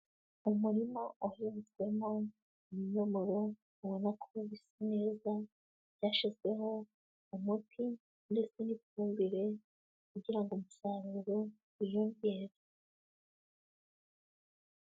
Umurima uhinzwemo ibinyomoro ubona ko bisa neza, byashyizweho umuti ndetse n'ifumbire kugira ngo umusaruro wiyongere.